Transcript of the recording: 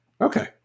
Okay